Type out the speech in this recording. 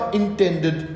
intended